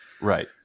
Right